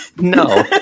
No